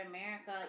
America